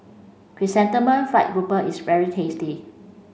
Chrysanthemum fried grouper is very tasty